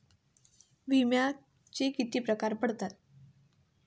विम्याचे किती प्रकार पडतात?